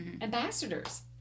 ambassadors